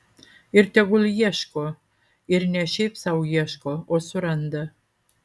ir tegul ieško ir ne šiaip sau ieško o suranda